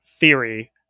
theory